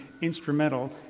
instrumental